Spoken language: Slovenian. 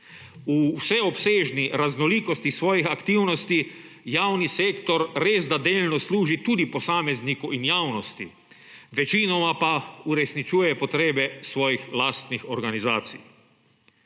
V vseobsežni raznolikosti svojih aktivnosti javni sektor resda delno služi tudi posamezniku in javnosti, večinoma pa uresničuje potrebe svojih lastnih organizacij.